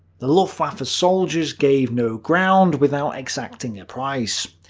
the luftwaffe soldiers gave no ground without exacting a price.